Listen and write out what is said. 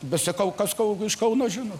bet sakau kas iš kauno žino